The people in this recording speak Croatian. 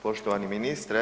Poštovani ministre.